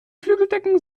flügeldecken